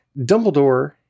Dumbledore